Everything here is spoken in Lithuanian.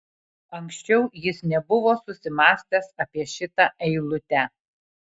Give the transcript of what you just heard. anksčiau jis nebuvo susimąstęs apie šią eilutę